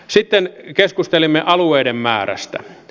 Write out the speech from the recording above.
sitten keskustelimme alueiden määrästä